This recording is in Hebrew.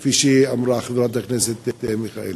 כפי שאמרה חברת הכנסת מיכאלי.